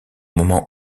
moment